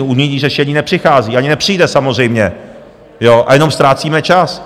Unijní řešení nepřichází, ani nepřijde samozřejmě a jenom ztrácíme čas.